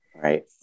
Right